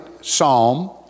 Psalm